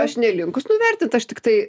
aš nelinkus nuvertint aš tiktai